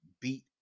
beat